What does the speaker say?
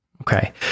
Okay